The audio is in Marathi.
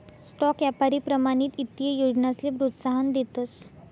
स्टॉक यापारी प्रमाणित ईत्तीय योजनासले प्रोत्साहन देतस